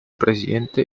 presidente